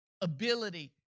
Ability